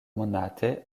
monate